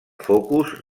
focus